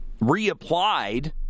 reapplied